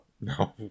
No